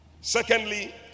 Secondly